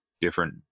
different